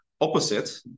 Opposite